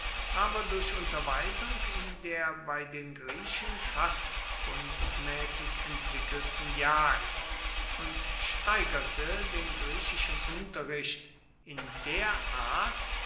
aber durch unterweisung in der bei den griechen fast kunstmäßig entwickelten jagd und steigerte den griechischen unterricht in der art